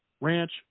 ranch